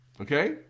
Okay